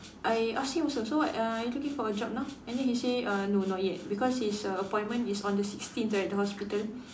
I ask him also so what uh are you looking for a job now and then he say uh no not yet because his uh appointment is on the sixteenth right the hospital